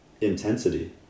intensity